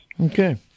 Okay